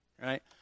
right